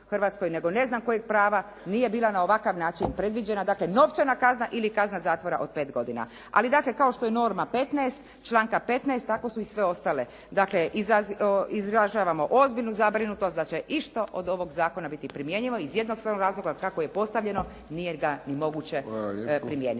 Hrvatske, nego ne znam kojeg prava nije bila na ovakav način predviđena. Dakle, novčana kazna ili kazna zatvora od 5 godina. Ali dakle kao što je norma 15, članka 15. tako su i sve ostale. Dakle, izražavamo ozbiljnu zabrinutost da će išta od ovog zakona biti primjenjivo iz jednostavnog razloga kako je postavljeno nije ga ni moguće primijeniti.